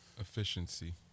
Efficiency